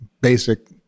basic